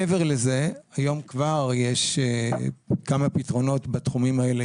מעבר לזה, היום כבר יש כמה פתרונות בתחומים האלה.